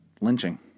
lynching